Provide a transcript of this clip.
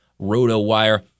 RotoWire